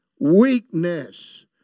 weakness